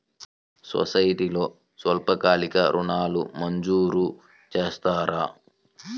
సొసైటీలో స్వల్పకాలిక ఋణాలు మంజూరు చేస్తారా?